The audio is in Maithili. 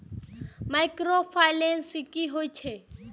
माइक्रो फाइनेंस कि होई छै?